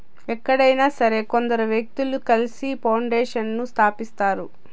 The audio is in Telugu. ఎక్కడైనా సరే కొందరు వ్యక్తులు కలిసి పౌండేషన్లను స్థాపిస్తారు